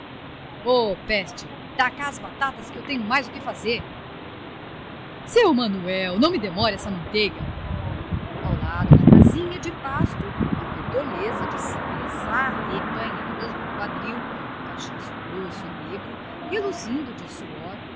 peste dá cá as batatas que eu tenho mais o que fazer seu manuel não me demore essa manteiga ao lado na casinha de pasto a bertoleza de saias arrepanhadas no quadril o cachaço grosso e negro reluzindo de suor